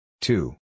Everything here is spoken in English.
Two